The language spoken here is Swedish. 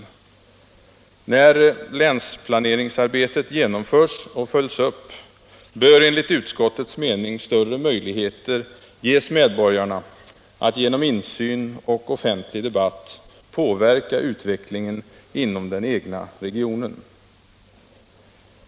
När länsplaneringsarbetet genomförs och följs upp bör enligt utskottets mening större möjligheter ges medborgarna att genom insyn och offentlig debatt påverka utvecklingen inom den egna regionen.